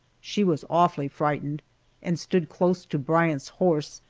she was awfully frightened and stood close to bryant's horse,